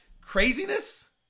craziness